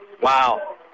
Wow